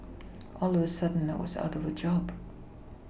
all of a sudden I was out of a job